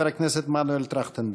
ואחריו, חבר הכנסת מנואל טרכטנברג.